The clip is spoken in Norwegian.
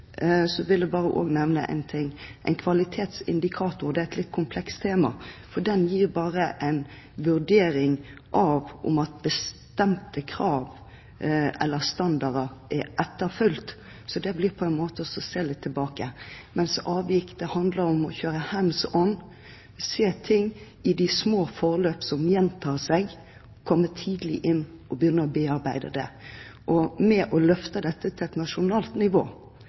vil jeg også nevne én ting – en kvalitetsindikator. Det er et litt komplekst tema, for den gir bare en vurdering av om bestemte krav eller standarder er etterfulgt. Det blir på en måte å se litt tilbake, mens avvik handler om å kjøre «hands on» – se ting i de små forløp som gjentar seg, komme tidlig inn og begynne å bearbeide det. Om man løfter dette til et nasjonalt nivå,